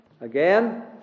Again